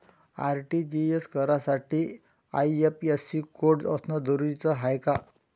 RTGS करासाठी IFSC code असनं जरुरीच हाय का?